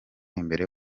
imbere